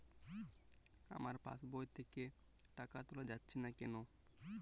আমার পাসবই থেকে টাকা তোলা যাচ্ছে না কেনো?